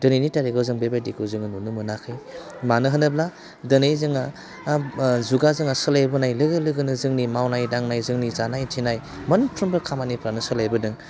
दिनैनि तारिकाव जों बेबायदिखौ जों नुनो मोनाखै मानो होनोब्ला दिनै जोङो जुगा जोंहा सोलायबोनाय लोगो लोगोनो जोंनि मावनाय दांनाय जोंनि जानाय थिनाय मोनफ्रोमबो खामानिफ्रानो सोलायबोदों